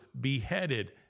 beheaded